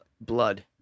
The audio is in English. blood